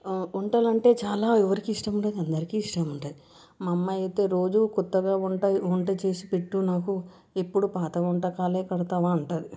వంటలు అంటే చాలా ఎవరికి ఇష్టం ఉండదు అందరికి ఇష్టం ఉంటుంది మా అమ్మాయి అయితే రోజూ కొత్తగా వంట వంటచేసి పెట్టు నాకు ఎప్పుడు పాత వంటకాలు కడతావా అంటుంది